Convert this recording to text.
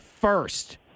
first